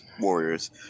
Warriors